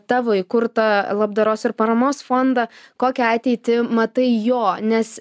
tavo įkurtą labdaros ir paramos fondą kokią ateitį matai jo nes